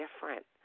different